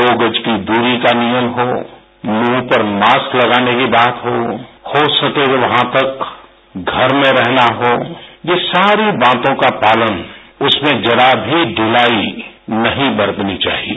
दो गज की दूरी का नियम हो मुंह पर मास्क लगाने की बात हो हो सके तो वहां तक घर में रहना हो ये सारी बातों का पालन उसमें जरा भी दिलाई नहीं बरतनी चाहिए